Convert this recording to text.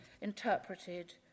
interpreted